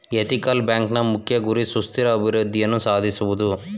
ethical ಬ್ಯಾಂಕ್ನ ಮುಖ್ಯ ಗುರಿ ಸುಸ್ಥಿರ ಅಭಿವೃದ್ಧಿಯನ್ನು ಸಾಧಿಸುವುದು